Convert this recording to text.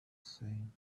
same